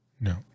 no